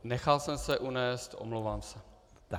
Nechal jsem se unést, omlouvám se.